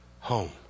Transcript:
home